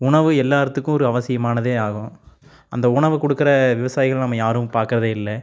உணவு எல்லோர்த்துக்கும் ஒரு அவசியமானது ஆகும் அந்த உணவு கொடுக்குற விவசாயிகளும் நம்ம யாரும் பார்க்குறதே இல்லை